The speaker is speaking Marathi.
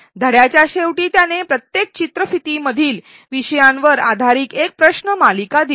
धड्याच्या शेवटी त्याने प्रत्येक चित्रफितीमधील विषयांवर आधारित एक प्रश्नमालिका दिली